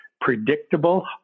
predictable